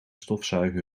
stofzuigen